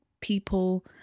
people